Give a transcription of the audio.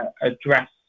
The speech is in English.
address